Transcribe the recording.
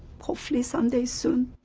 hopefully some day soon.